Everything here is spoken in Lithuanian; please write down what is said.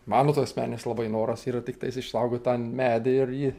mano tai asmeninis labai noras yra tiktais išsaugot tą medį ir jį